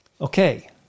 Okay